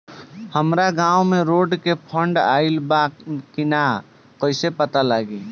हमरा गांव मे रोड के फन्ड आइल बा कि ना कैसे पता लागि?